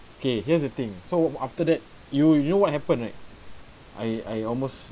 K here's the thing so after that you you know what happened right I I almost